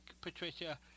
Patricia